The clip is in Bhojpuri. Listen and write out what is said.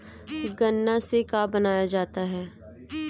गान्ना से का बनाया जाता है?